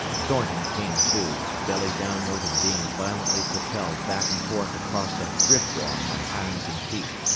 thornton came to, belly downward and being violently propelled back and forth across a drift log by hans and pete.